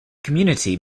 community